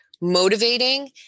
motivating